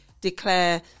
declare